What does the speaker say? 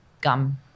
gum